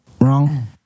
Wrong